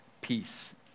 peace